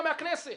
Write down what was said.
גם מהכנסת.